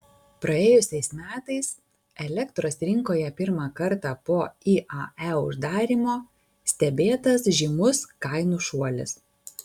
praėjusiais metais elektros rinkoje pirmą kartą po iae uždarymo stebėtas žymus kainų šuolis